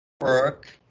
Work